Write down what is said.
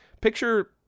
Picture